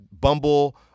bumble